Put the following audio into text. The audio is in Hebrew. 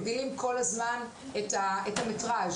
למשרדים האחרים מראות שאין הלימה בין מה שדורשים לבין מה שמשלמים.